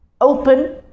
open